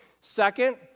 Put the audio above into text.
Second